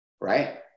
Right